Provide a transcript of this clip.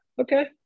Okay